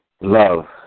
Love